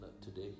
today